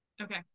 okay